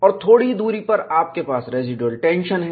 और थोड़ी ही दूरी पर आपके पास रेसीडुएल टेंशन है